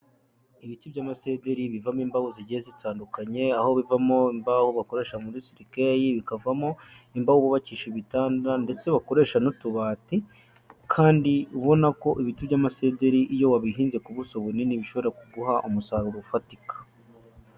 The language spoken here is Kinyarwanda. Ibiti by'amasederi bivamo imbaho zigiye zitandukanye, aho bivamo imbaho bakoresha muri serikeyi, bikavamo imbaho bubakisha ibitanda ndetse bakoresha n'utubati kandi ubona ko ibiti by'amasederi, iyo wabihinze ku buso bunini bishobora kuguha umusaruro ufatika.